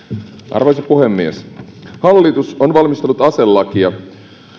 arvoisa puhemies hallitus on valmistellut aselakia